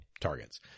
targets